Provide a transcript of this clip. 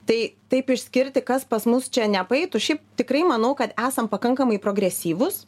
tai taip išskirti kas pas mus čia nepaeitų šiaip tikrai manau kad esam pakankamai progresyvūs